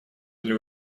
для